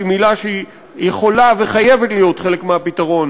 שהיא מילה שיכולה וחייבת להיות חלק מהפתרון,